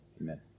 Amen